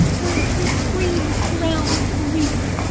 my supreme crown of grief!